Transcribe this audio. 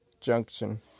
junction